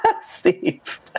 Steve